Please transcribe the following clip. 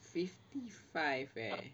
fifty five eh